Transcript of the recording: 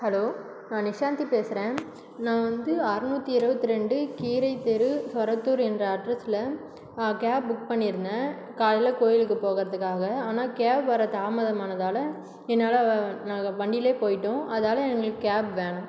hello நான் நிஷாந்தி பேசுகிறேன் நான் வந்து அறுநூத்தி இருபத்தி ரெண்டு கீரை தெரு ஒரத்தூர் என்ற அட்ரஸில் கேப் புக் பண்ணியிருந்தேன் காலையில் கோவிலுக்குப் போகிறதுக்காக ஆனால் கேப் வர தாமதம் ஆனதால் என்னால் நாங்கள் வண்டியில் போய்விட்டோம் அதால் எங்களுக்கு கேப் வேணாம்